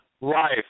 life